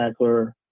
Sackler